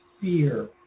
fear